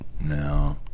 No